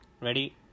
Ready